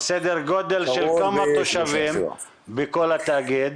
וסדר גודל של כמה תושבים בכל התאגיד?